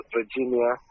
Virginia